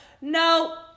No